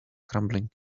crumbling